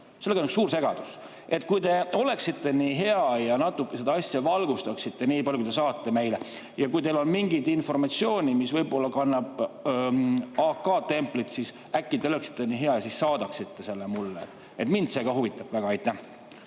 Sellega on üks suur segadus. Kui te oleksite nii hea ja natuke seda asja valgustaksite, niipalju kui te saate. Ja kui teil on mingit informatsiooni, mis kannab AK templit, siis äkki te oleksite nii hea saadaksite selle mulle. Mind huvitab. Aitäh!